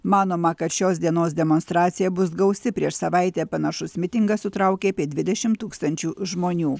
manoma kad šios dienos demonstracija bus gausi prieš savaitę panašus mitingas sutraukė apie dvidešimt tūkstančių žmonių